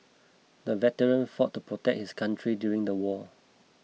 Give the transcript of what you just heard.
the veteran fought to protect his country during the war